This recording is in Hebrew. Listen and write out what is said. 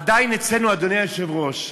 עדיין אצלנו, אדוני היושב-ראש,